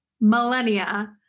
millennia